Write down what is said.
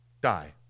die